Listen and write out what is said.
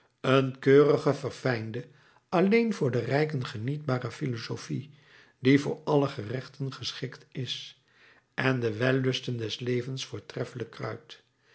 een keurige verfijnde alleen voor de rijken genietbare philosophie die voor alle gerechten geschikt is en de wellusten des levens voortreffelijk kruidt